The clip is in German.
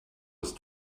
ist